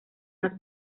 más